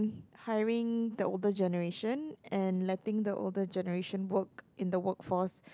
hiring the older generation and letting the older generation work in the workforce